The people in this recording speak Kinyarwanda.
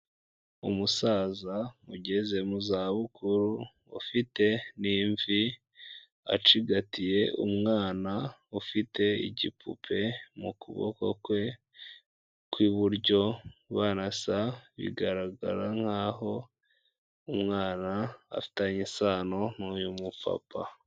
Umusaza ugeze mu za bukuru, ufite n'imvi acigatiye umwana ufite igipupe mu kuboko kwe kw'iburyo, barasa bigaragara nkaho umwana afitanye isano n'uyu mupapa.